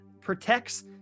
protects